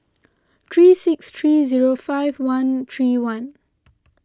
three six three zero five one three one